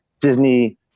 disney